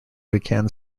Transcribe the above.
began